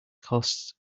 costs